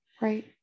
Right